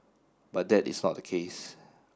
but that is not the case